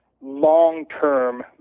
long-term